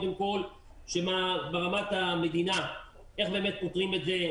פתרון הבעיה קודם כל ברמת המדינה איך באמת פותרים את זה,